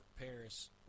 Paris